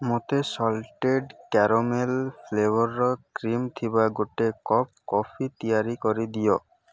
ମୋତେ salted caramel flavoured cream ଥିବା ଗୋଟେ କପ୍ କଫି ତିଆରି କରିଦିଅ